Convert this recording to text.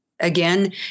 Again